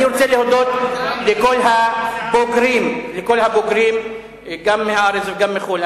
אני רוצה להודות לכל הבוגרים, גם מהארץ וגם מחו"ל.